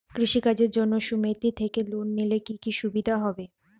কৃষি কাজের জন্য সুমেতি থেকে লোন নিলে কি কি সুবিধা হবে?